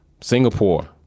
Singapore